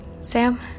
Sam